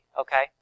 okay